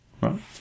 right